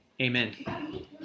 Amen